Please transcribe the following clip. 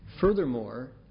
Furthermore